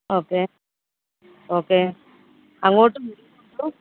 okay okay അങ്ങോട്ട്